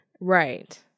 right